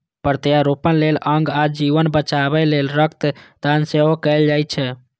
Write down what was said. प्रत्यारोपण लेल अंग आ जीवन बचाबै लेल रक्त दान सेहो कैल जाइ छै